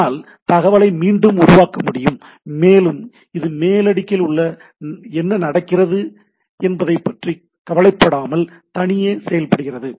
இதனால் தகவலை மீண்டும் உருவாக்க முடியும் மேலும் இது மேல் அடுக்கில் என்ன நடக்கிறது என்பதைப் பற்றி கவலைப்படாமல் தனியே செயல்படுகிறது